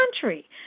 country